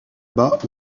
bas